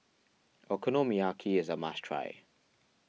Okonomiyaki is a must try